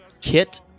Kit